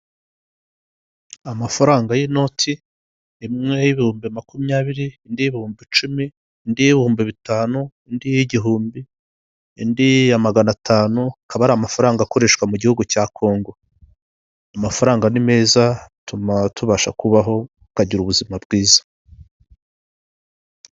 Amafaranga y'inoti, imwe y'ibihumbi makumyabiri, indi y'ibihumbi icumi, indi y'ibihumbi bitanu, indi y'igihumbi, indi ya maganatanu, akaba ari amafaranga akoreshwa mu gihugu cya Congo. Amafaranga ni meza atuma tubasha kubaho tukagira ubuzima bwiza.